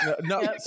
No